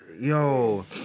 yo